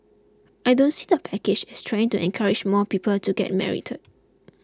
I don't see the package as trying to encourage more people to get married